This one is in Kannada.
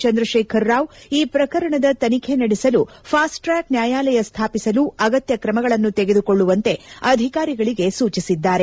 ಚಂದ್ರಶೇಖರರಾವ್ ಈ ಪ್ರಕರಣದ ತನಿಖೆ ನಡೆಸಲು ಫಾಸ್ಟ್ ಟ್ಯಾಕ್ಕ್ ನ್ವಾಯಾಲಯ ಸ್ವಾಪಿಸಲು ಅಗತ್ಯ ಕ್ರಮಗಳನ್ನು ತೆಗೆದುಕೊಳ್ಳುವಂತೆ ಅಧಿಕಾರಿಗಳಿಗೆ ಸೂಚಿಸಿದ್ದಾರೆ